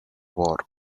war